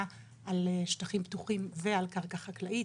על שטחים פתוחים ועל קרקע חקלאית,